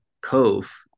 cove